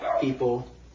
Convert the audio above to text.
people